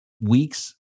weeks